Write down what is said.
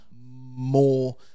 more